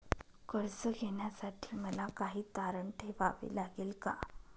कर्ज घेण्यासाठी मला काही तारण ठेवावे लागेल का?